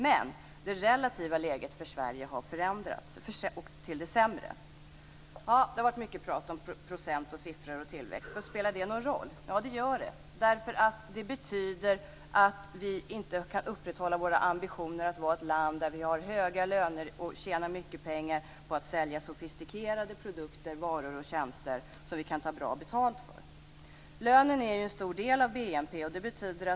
Men det relativa läget för Sverige har förändrats till det sämre. Det har varit mycket prat om procent, siffror och tillväxt. Men spelar det någon roll? Ja, det gör det därför att det betyder att vi inte kan upprätthålla våra ambitioner att vara ett land där vi har höga löner och tjänar mycket pengar på att sälja sofistikerade produkter, varor och tjänster som vi kan ta bra betalt för. Lönen är ju en stor del av BNP.